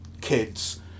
kids